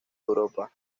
europa